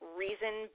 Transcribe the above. reason